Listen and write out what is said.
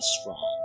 strong